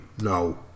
No